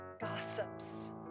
Gossips